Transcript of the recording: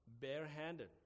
barehanded